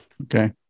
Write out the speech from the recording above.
Okay